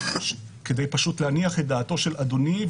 כדי להניח את דעתו את אדוני,